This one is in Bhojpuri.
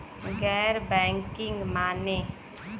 गैर बैंकिंग माने?